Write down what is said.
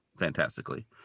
fantastically